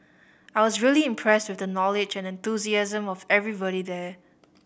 I was really impressed with the knowledge and enthusiasm of everybody there